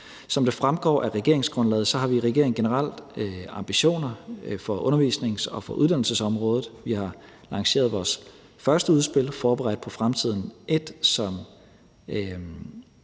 Som det fremgår af regeringsgrundlaget, har vi i regeringen generelt ambitioner på undervisnings- og uddannelsesområdet. Vi har arrangeret vores første udspil, »Forberedt på fremtiden I«, som